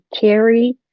carry